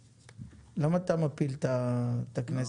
למה אתה מפיל את הכנסת?